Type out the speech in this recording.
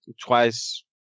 twice